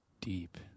Deep